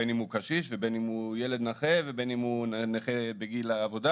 בין אם הוא קשיש ובין אם הוא ילד נכה ובין אם הוא נכה בגיל העבודה.